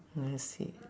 I see